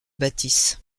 bâtisse